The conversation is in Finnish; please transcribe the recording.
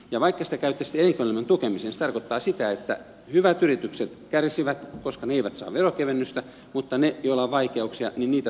ja vaikka sitä käytettäisiin sitten elinkeinoelämän tukemiseen se tarkoittaa sitä että hyvät yritykset kärsivät koske ne eivät saa veronkevennystä mutta niitä joilla on vaikeuksia tuetaan